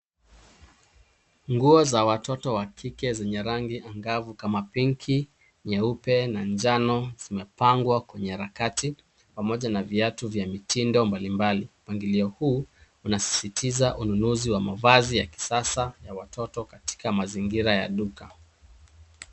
Nguo za watoto wakike zenye rangi angavu kama pinki, nyeupe na njano, zimepangwa kwenye harakati pamoja na viatu vya mitindo mbali mbali. Mpangilio huu unasisitisa ununuzi wa mavasi ya kisasa ya watoto katika mazingira ya duka.